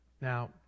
Now